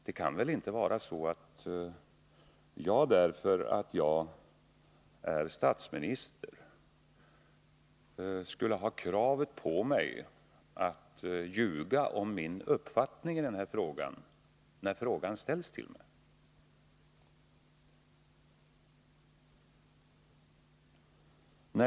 Det kan väl inte vara så att jag därför att jag är statsminister skulle ha kravet på mig att ljuga om min uppfattning i detta avseende, när frågan ställs till mig.